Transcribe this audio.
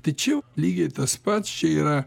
tai čia jau lygiai tas pats čia yra